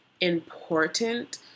important